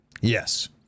Yes